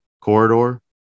corridor